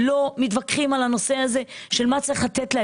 לא מתווכחים על הנושא הזה, על מה צריך לתת להם.